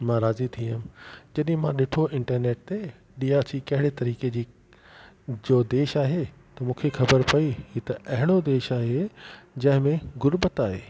मा राज़ी थियमि जॾहिं मां ॾिठो इंटरनेट ते डीआरसी कहिड़े तरीक़े जी जो देश आहे हीअ त अहिड़ो देश आहे जंहिंमे गुरबत आहे